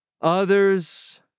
Others